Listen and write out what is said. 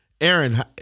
Aaron